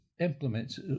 implements